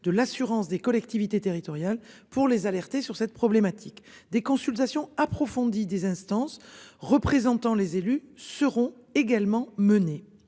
de l'assurance des collectivités territoriales pour les alerter sur cette problématique des consultations approfondies des instances représentant les élus seront également menées